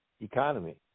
economy